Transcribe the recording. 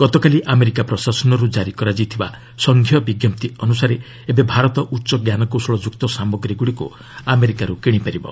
ଗତକାଲି ଆମେରିକା ପ୍ରଶାସନର୍ତ ଜାରି କରାଯାଇଥିବା ସଂଘୀୟ ବିଜ୍ଞପ୍ତି ଅନୁସାରେ ଏବେ ଭାରତ ଉଚ୍ଚ ଜ୍ଞାନକୌଶଳଯୁକ୍ତ ସାମଗ୍ରୀଗୁଡ଼ିକୁ ଆମେରିକାରୁ କିଣିପାରିବ